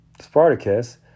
Spartacus